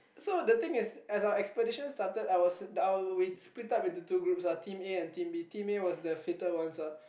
so the thing is as our expedition started I was I I we split up into two groups ah team A and team B team A was the fitter ones ah